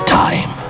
time